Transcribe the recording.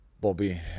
Bobby